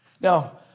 Now